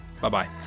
Bye-bye